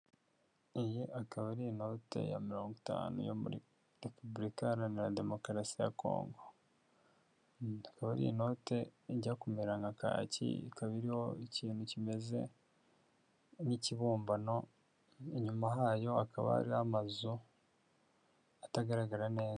Iyi akaba ari inote ya mirongo itanu yo muri repubulika iharanira demokarasi ya kongo, akaba ari inote ijya kumera nka kaki, ikaba iriho ikintu kimeze nk'ikibumbano, inyuma hayo hakaba hariho amazu atagaragara neza.